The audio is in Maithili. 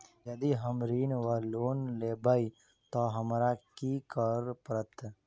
यदि हम ऋण वा लोन लेबै तऽ हमरा की करऽ पड़त?